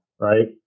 Right